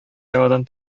яңадан